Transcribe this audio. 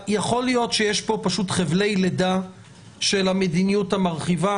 יכול להיות שיש פה חבלי לידה של המדיניות המרחיבה,